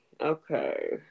Okay